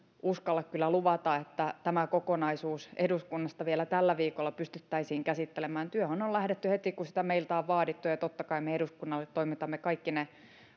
uskalla kyllä luvata että tämä kokonaisuus eduskunnassa vielä tällä viikolla pystyttäisiin käsittelemään työhön on lähdetty heti kun sitä meiltä on vaadittu ja totta kai me eduskunnalle toimitamme kaikki ne